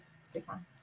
Stefan